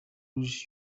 rouge